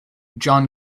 john